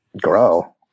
grow